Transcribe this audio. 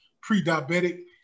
pre-diabetic